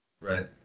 Right